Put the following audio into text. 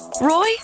Roy